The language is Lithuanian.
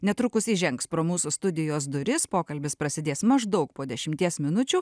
netrukus įžengs pro mūsų studijos duris pokalbis prasidės maždaug po dešimties minučių